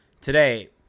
today